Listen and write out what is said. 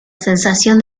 sensación